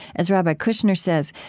as rabbi kushner says,